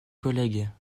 collègues